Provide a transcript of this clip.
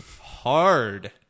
hard